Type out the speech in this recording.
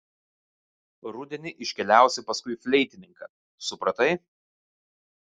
rudenį iškeliausi paskui fleitininką supratai